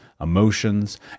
emotions